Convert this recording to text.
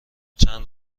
چند